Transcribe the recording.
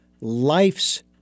life's